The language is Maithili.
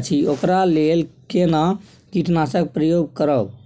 अछि ओकरा लेल केना कीटनासक प्रयोग करब?